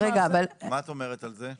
מה את אומרת על זה?